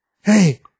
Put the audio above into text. hey